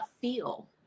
feel